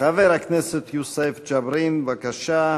חבר הכנסת יוסף ג'בארין, בבקשה.